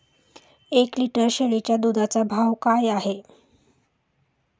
एक लिटर शेळीच्या दुधाचा भाव काय आहे?